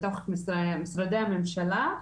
מתוך משרדי הממשלה,